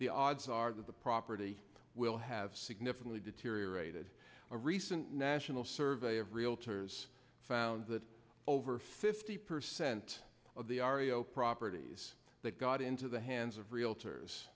the odds are that the property will have significantly deteriorated a recent national survey of realtors found that over fifty percent of the oreo properties that got into the hands of realtors